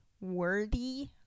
Worthy